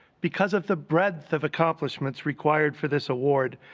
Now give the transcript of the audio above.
because of the breadth of accomplishments required for this award,